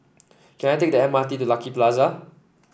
can I take the M R T to Lucky Plaza